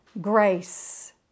grace